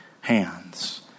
hands